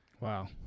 Wow